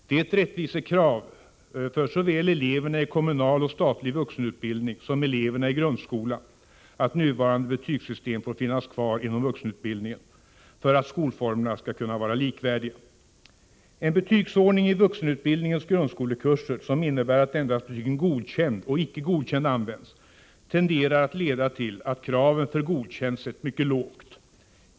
Det är ett rättvisekrav för såväl eleverna i kommunal och statlig vuxenutbildning som eleverna i grundskolan att nuvarande betygssystem får finnas kvar inom vuxenutbildningen för att skolformerna skall kunna vara likvärdiga. En betygsordning i vuxenutbildningens grundskolekurser som innebär att endast betygen godkänd och icke godkänd används tenderar att leda till att kraven för ”godkänd” sätts mycket lågt.